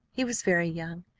he was very young.